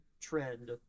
trend